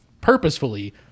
purposefully